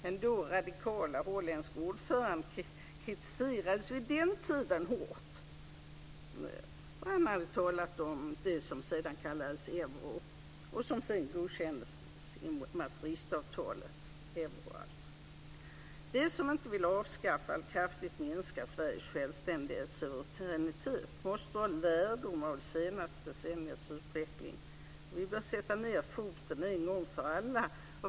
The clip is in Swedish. Den då radikale holländske ordföranden kritiserades vid den tiden hårt för att han hade talat om det som sedan kallades euro och godkändes i De som inte vill avskaffa eller kraftigt minska Sveriges självständighet och suveränitet måste dra lärdom av det senaste decenniets utveckling. Vi bör sätta ned foten en gång för alla.